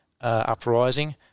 uprising